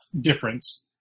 difference